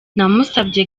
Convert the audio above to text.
namusabye